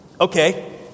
okay